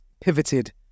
pivoted